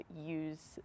use